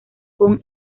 con